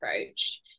approach